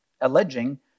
alleging